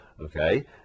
okay